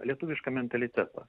lietuvišką mentalitetą